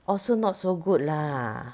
oh so not so good lah